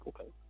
okay